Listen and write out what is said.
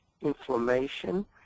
inflammation